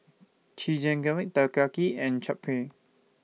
Chigenabe Takoyaki and Japchae